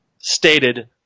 stated